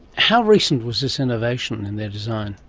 how recent was this innovation in their design?